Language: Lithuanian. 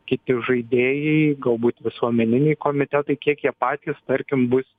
kiti žaidėjai galbūt visuomeniniai komitetai kiek jie patys tarkim bus